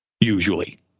usually